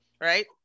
Right